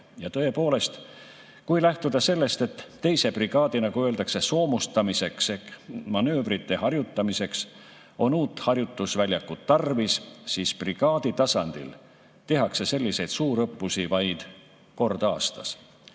Ja tõepoolest, kui lähtuda sellest, et 2. brigaadi, nagu öeldakse, soomustamiseks ehk manöövrite harjutamiseks on uut harjutusväljakut tarvis, siis brigaadi tasandil tehakse selliseid suurõppusi vaid kord aastas